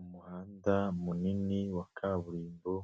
Umuhanda munini wa kaburimbo